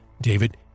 David